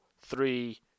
three